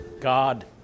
God